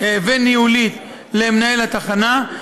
וניהולית למנהל התחנה,